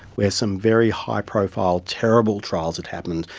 where some very high profile, terrible trials had happened,